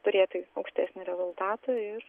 turėti aukštesnį rezultatą ir